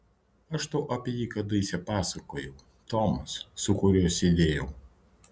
aš tau apie jį kadaise pasakojau tomas su kuriuo sėdėjau